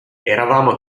eravamo